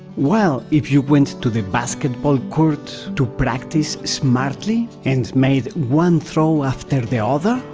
while if you went to the basketball court to practice smartly and made one throw after the other,